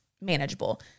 manageable